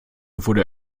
wurde